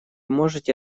можете